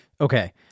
Okay